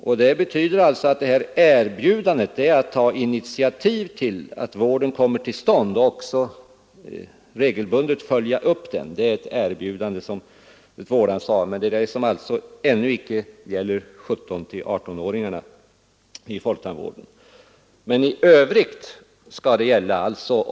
Erbjudandet betyder alltså att man skall ta initiativ till att vården kommer till stånd och att man regelbundet skall följa upp den, men det är ett vårdansvar som ännu icke gäller 17—19-åringar i folktandvården. I övrigt skall vårdansvaret gälla.